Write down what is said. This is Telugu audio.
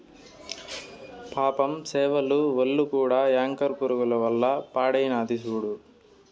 పాపం సేపల ఒల్లు కూడా యాంకర్ పురుగుల వల్ల పాడైనాది సూడు